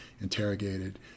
interrogated